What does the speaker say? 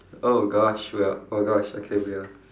oh gosh we are oh gosh okay we are